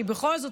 כי בכל זאת,